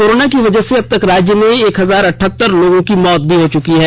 corona की वजह से अबतक राज्य में एक हजार अठहत्तर लोगों की मौत हो चुकी है